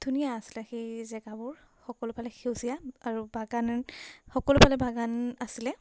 ধুনীয়া আছিলে সেই জেগাবোৰ সকলোফালে সেউজীয়া আৰু বাগান সকলোফালে বাগান আছিলে